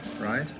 right